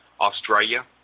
Australia